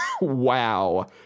wow